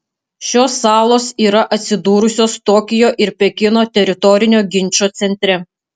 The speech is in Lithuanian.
šios salos yra atsidūrusios tokijo ir pekino teritorinio ginčo centre